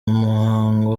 muhango